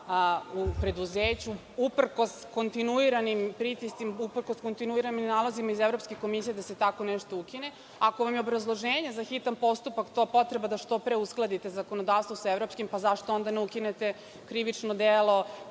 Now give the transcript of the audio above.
u preduzeću uprkos kontinuiranim pritiscima, uprkos kontinuiranim nalazima iz Evropske komisije da se tako nešto ukine. Ako vam je obrazloženje za hitan postupak to – potreba da što pre uskladite zakonodavstvo sa evropskim, pa zašto onda ne ukinete krivično delo